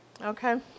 Okay